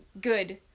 good